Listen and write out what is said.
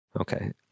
okay